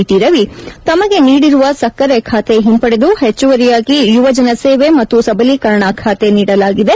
T Ravi ತಮಗೆ ನೀಡಿರುವ ಸಕ್ಕರೆ ಖಾತೆ ಹಿಂಪಡೆದು ಹೆಚ್ಲುವರಿಯಾಗಿ ಯುವಜನಸೇವೆ ಮತ್ತು ಸಬಲೀಕರಣ ಖಾತೆ ನೀಡಲಾಗಿದೆ